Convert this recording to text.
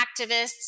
activists